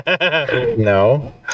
no